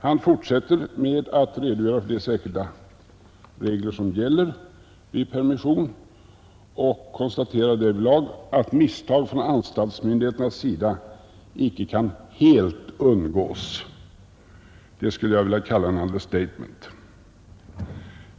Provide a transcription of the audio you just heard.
Han fortsätter med att redogöra för de särskilda regler som gäller vid permission och konstaterar därvidlag att misstag från anstaltsmyndigheternas sida inte kan helt undgås. Det skulle jag vilja kalla ett understatement.